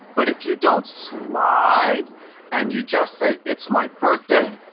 but if you don't slide and you just say, it's my birthday.